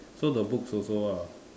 so the books also ah